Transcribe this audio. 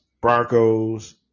Broncos